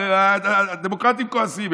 הדמוקרטים כועסים,